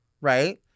Right